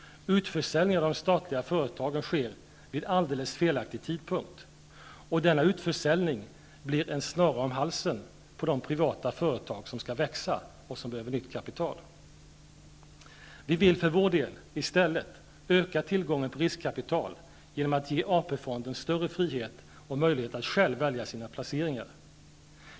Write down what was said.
Utförsäljningen av de statliga företagen sker vid alldeles felaktig tidpunkt. Denna utförsäljning blir en snara om halsen på de privata företag som skall växa och som behöver nytt kapital. Vi vill för vår del i stället öka tillgången på riskkapital genom att ge AP-fonden större frihet och möjlighet att själv välja sina placeringar.